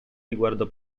riguardo